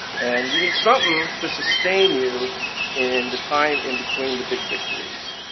and you need something to sustain you in the time in between the big victories.